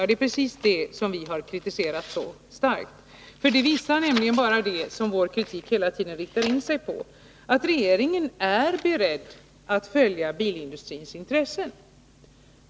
Det är precis detta som vi har kritiserat så starkt. Det visar nämligen — vilket vår kritik också har riktat in sig på — att regeringen är beredd att följa bilindustrins intressen.